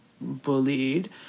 bullied